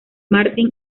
martin